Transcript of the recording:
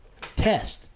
test